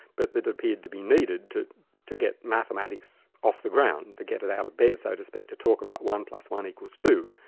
but that appeared to be needed to to get mathematics off the ground, to get it out of bed, so to speak, to talk about one plus one equals two.